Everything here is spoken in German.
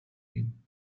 gehen